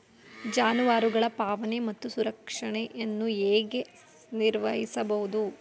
ಜಾನುವಾರುಗಳ ಪಾಲನೆ ಮತ್ತು ಸಂರಕ್ಷಣೆಯನ್ನು ಹೇಗೆ ನಿರ್ವಹಿಸಬಹುದು?